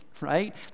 right